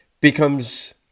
becomes